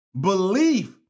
belief